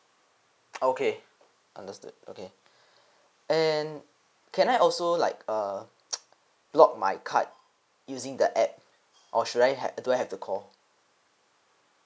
okay understood okay and can I also like err block my card using the app or should I had do I have to call